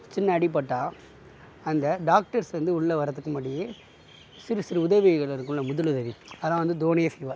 சின்ன அடிபட்டால் அந்த டாக்டர்ஸ் வந்து உள்ள வரத்துக்கு முன்னாடி சிறு சிறு உதவிகள் இருக்கும்ல முதல் உதவி அதெலாம் வந்து தோனியே செய்வார்